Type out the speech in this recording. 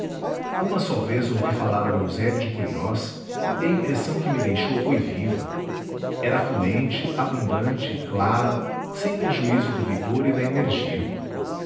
uma só vez ouvi falar a eusébio de queirós e a impressão que me deixou foi viva era fluente abundante claro sem prejuízo do vigor e da energia